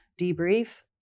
debrief